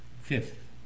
Fifth